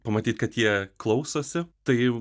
pamatyt kad jie klausosi tai